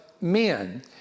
men